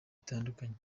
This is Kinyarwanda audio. bitandukanye